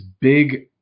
big